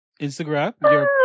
Instagram